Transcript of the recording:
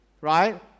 right